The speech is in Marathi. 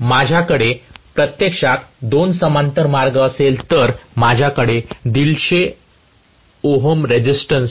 जर माझ्याकडे प्रत्यक्षात दोन समांतर मार्ग असेल तर माझ्याकडे 150 Ω रेझिस्टन्स